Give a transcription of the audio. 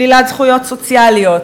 שלילת זכויות סוציאליות,